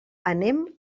anem